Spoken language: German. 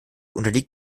unterliegt